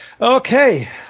Okay